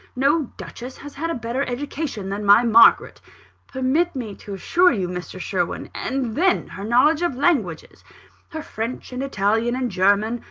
no duchess has had a better education than my margaret permit me to assure you, mr. sherwin and then, her knowledge of languages her french, and italian, and german,